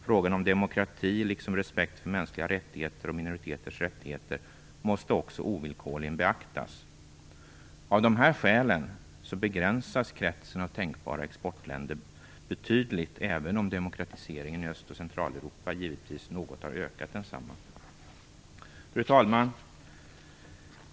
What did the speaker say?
Frågan om demokrati liksom om respekt för mänskliga rättigheter och minoriteters rättigheter måste också ovillkorligen beaktas. Av dessa skäl begränsas kretsen av tänkbara exportländer betydligt, även om demokratiseringen i Öst och Centraleuropa givetvis något har ökat den kretsen. Fru talman!